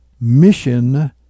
mission